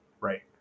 right